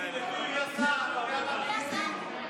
מספרים,